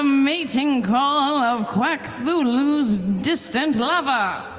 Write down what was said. ah mating call of quackthulhu's distant lover.